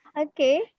Okay